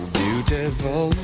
beautiful